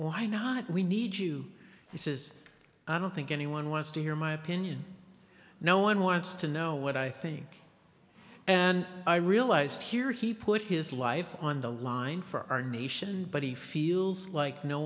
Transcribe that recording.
why not we need you he says i don't think anyone wants to hear my opinion no one wants to know what i think and i realized here he put his life on the line for our nation but he feels like no